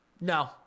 No